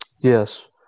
Yes